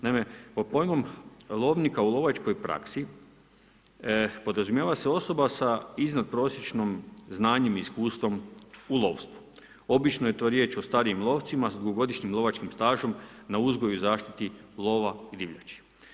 Naime, pod pojmom lovnika u lovačkoj praksi podrazumijeva se osoba sa iznadprosječnom znanjem i iskustvom u lovstvu, obično je to riječ o starijim lovcima s dugogodišnjim lovačkim stažom na uzgoju i zaštiti lova i divljači.